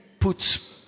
puts